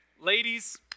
Ladies